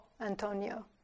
Antonio